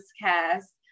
cast